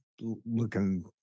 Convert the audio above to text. looking